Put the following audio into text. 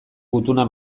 gutuna